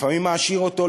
לפעמים מעשיר אותו,